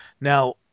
Now